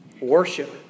Worship